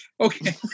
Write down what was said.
okay